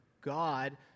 God